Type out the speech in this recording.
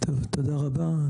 תודה רבה.